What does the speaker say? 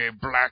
black